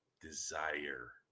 desire